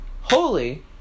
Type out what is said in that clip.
Holy